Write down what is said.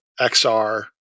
XR